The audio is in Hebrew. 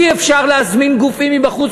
אי-אפשר להזמין גופים מבחוץ,